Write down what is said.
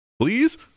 Please